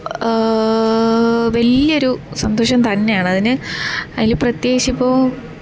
വലിയൊരു സന്തോഷം തന്നെയാണതിന് അതിൽ പ്രത്യേകിച്ചിപ്പോൾ